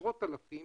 עשרות אלפים,